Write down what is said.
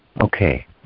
Okay